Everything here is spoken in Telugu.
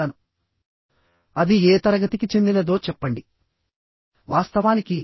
వాటిని ఒక్కొక్కటిగా ఇప్పుడు చూద్దాము